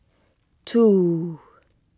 two